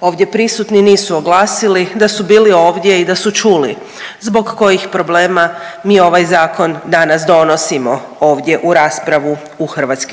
ovdje prisutni nisu oglasili, da su bili ovdje i da su čuli zbog kojih problema mi ovaj Zakon danas donosimo ovdje u raspravu u HS.